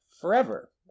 forever